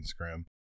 Instagram